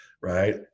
right